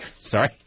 Sorry